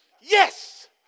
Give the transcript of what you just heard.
Yes